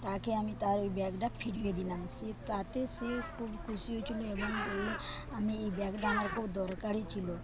তাকে আমি তার ওই ব্যাগটা ফিরিয়ে দিলাম সে তাতে সে খুব খুশি হয়েছিল এবং বলল আমি এই ব্যাগটা আমার খুব দরকারি ছিল